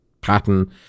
pattern